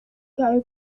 gary